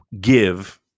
give